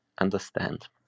understand